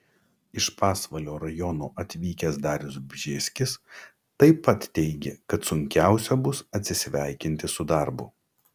iš pasvalio rajono atvykęs darius bžėskis taip pat teigė kad sunkiausia bus atsisveikinti su darbu